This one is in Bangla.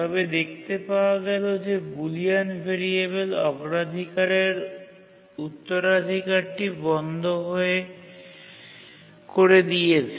তবে দেখতে পাওয়া গেল যে বুলিয়ান ভেরিয়েবল অগ্রাধিকারের উত্তরাধিকারটি বন্ধ করে দিয়েছে